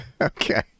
Okay